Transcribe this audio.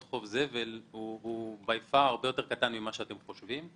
חוב זבל הוא הרבה יותר קטן ממה שאתם חושבים.